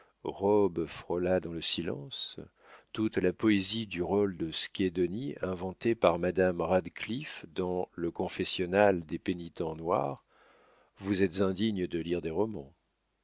frôla dans le silence toute la poésie du rôle de schedoni inventé par madame radcliffe dans le confessionnal des pénitents noirs vous êtes indigne de lire des romans